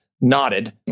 nodded